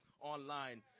online